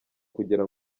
kugira